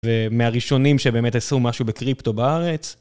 ומהראשונים שבאמת עשו משהו בקריפטו בארץ.